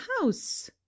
house